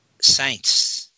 saints